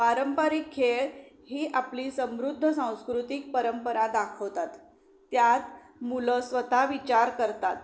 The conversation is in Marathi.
पारंपरिक खेळ ही आपली समृद्ध सांस्कृतिक परंपरा दाखवतात त्यात मुलं स्वत विचार करतात